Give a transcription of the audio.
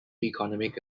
economic